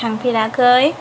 थांफेराखै